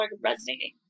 resonating